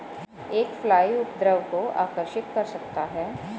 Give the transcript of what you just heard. एक फ्लाई उपद्रव को आकर्षित कर सकता है?